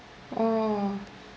oh